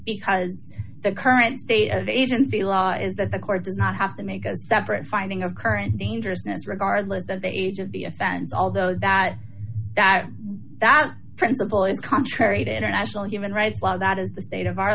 because the current state of emergency law is that the court does not have to make a separate finding of current dangerousness regardless of the age of the offense although that that that principle is contrary to international human rights law that is the state of our